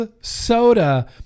soda